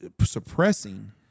suppressing